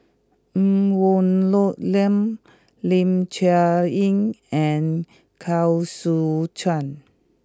Ng Woon Lam Ling Cher Eng and Koh Seow Chuan